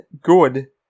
good